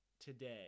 today